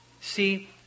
See